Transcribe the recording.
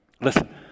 listen